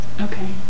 Okay